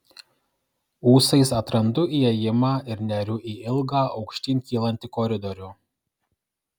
ūsais atrandu įėjimą ir neriu į ilgą aukštyn kylantį koridorių